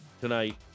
tonight